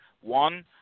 one